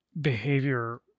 behavior